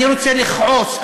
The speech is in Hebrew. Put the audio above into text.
אני רוצה לכעוס.